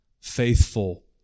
faithful